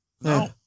no